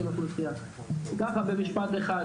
במשפט אחד,